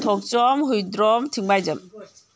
ꯊꯣꯛꯆꯣꯝ ꯍꯨꯏꯗ꯭ꯔꯣꯝ ꯊꯤꯡꯕꯥꯏꯖꯝ